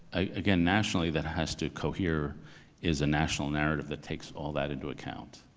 again nationally, that has to cohere is a national narrative that takes all that into account.